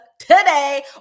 today